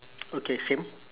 okay same